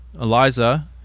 Eliza